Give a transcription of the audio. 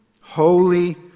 Holy